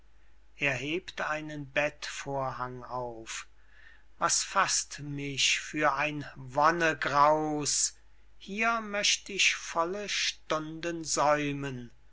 hebt einen bettvorhang auf was faßt mich für ein wonnegraus hier möcht ich volle stunden säumen